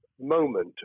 moment